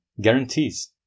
guarantees